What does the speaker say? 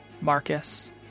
Marcus